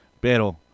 Pero